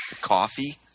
coffee